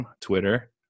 Twitter